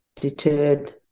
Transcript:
deterred